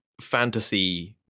fantasy